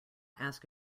ask